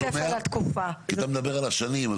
אתה מדבר על השנים.